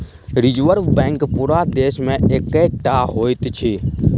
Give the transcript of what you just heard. reserve bank पूरा देश मे एकै टा होइत अछि